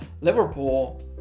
Liverpool